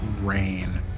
rain